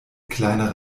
kleinere